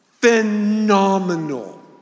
phenomenal